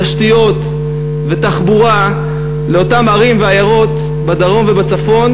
תשתיות ותחבורה לאותן ערים ועיירות בדרום ובצפון,